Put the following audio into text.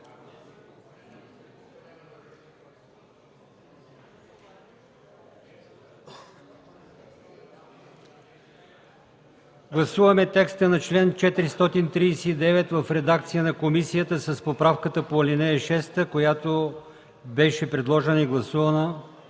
Гласуваме текста на чл. 439 в редакция на комисията с поправката по ал. 6, която беше предложена и гласувана